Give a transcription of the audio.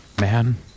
Man